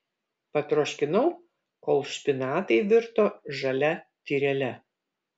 patroškinau kol špinatai virto žalia tyrele